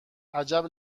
عجب